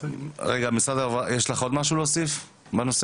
אוקיי, יש לך משהו להוסיף, ענת?